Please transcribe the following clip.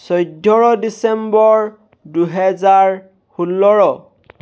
চৈধ্য ডিচেম্বৰ দুহেজাৰ ষোল্ল